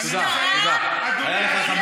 על המשטרה?